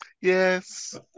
Yes